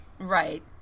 Right